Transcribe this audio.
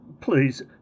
please